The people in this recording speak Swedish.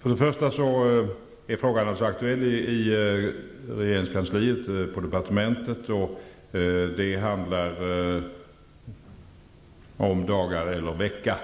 Fru talman! Först och främst är frågan aktuell i regeringskansliet och på departementet. Det är fråga om dagar eller en vecka,